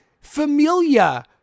familia